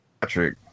Patrick